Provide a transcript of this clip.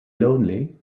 lonely